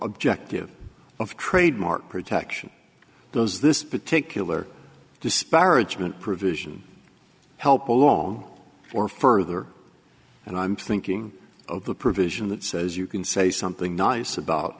objective of trademark protection does this particular disparagement provision help along or further and i'm thinking of the provision that says you can say something nice about